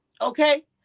Okay